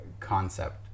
concept